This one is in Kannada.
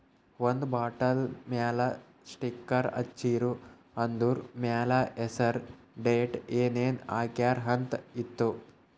ಒಂದ್ ಬಾಟಲ್ ಮ್ಯಾಲ ಸ್ಟಿಕ್ಕರ್ ಹಚ್ಚಿರು, ಅದುರ್ ಮ್ಯಾಲ ಹೆಸರ್, ಡೇಟ್, ಏನೇನ್ ಹಾಕ್ಯಾರ ಅಂತ್ ಇತ್ತು